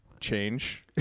change